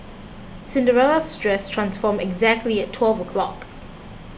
Cinderella's dress transformed exactly at twelve o'clock